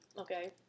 Okay